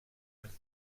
einem